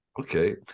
okay